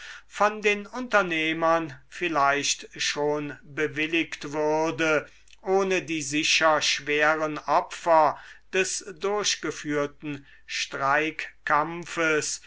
von den unternehmern vielleicht schon bewilligt würde ohne die sicher schweren opfer des durchgeführten